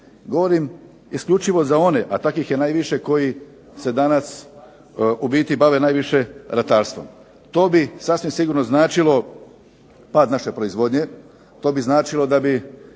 Govorim isključivo za one, a takvih je koji se danas bave najviše ratarstvom. To bi sasvim sigurno značilo pad naše proizvodnje, to bi značilo da bi